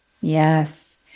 Yes